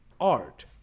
art